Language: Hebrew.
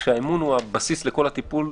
שהוא הבסיס לכל הטיפול.